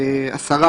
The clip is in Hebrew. עשינו